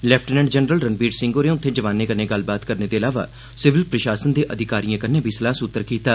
lieutenant general Ranvir Singh होरें उत्थे जोआनें कन्नै गल्लबात करने दे अलावा सिविल प्रशासन दे अधिकारियें कन्नै बी सलाह सूत्र कीता